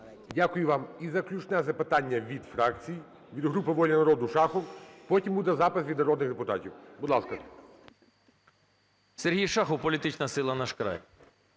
Дякую вам. І заключне запитання від фракцій. Від групи "Воля народу" Шахов. Потім буде запис від народних депутатів. Будь ласка.